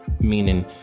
meaning